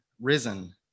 risen